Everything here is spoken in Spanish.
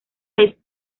vez